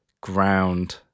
ground